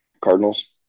Cardinals